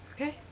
Okay